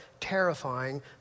terrifying